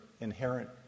inherent